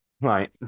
right